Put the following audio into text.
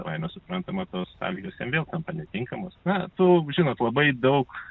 savaime suprantama tos sąlygos jam vėl tampa netinkamos na tų žinot labai daug